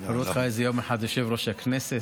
יראו אותך יום אחד יושב-ראש הכנסת.